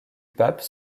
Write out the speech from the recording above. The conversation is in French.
pape